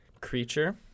creature